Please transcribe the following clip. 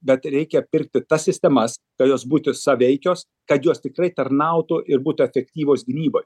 bet reikia pirkti tas sistemas kad jos būtų sąveikios kad jos tikrai tarnautų ir būtų efektyvios gynyboj